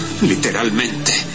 Literalmente